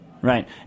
Right